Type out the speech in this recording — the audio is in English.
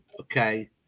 okay